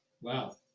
Wow